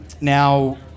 Now